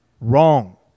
wrong